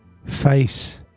Face